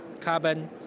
carbon